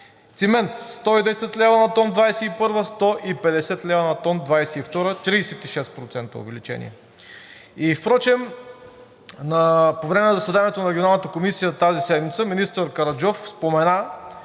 Цимент – 110 лв. на тон 2021 г., 150 лв. на тон 2022 г. – 36% увеличение. И впрочем, по време на заседанието на Регионалната комисия тази седмица министър Караджов спомена,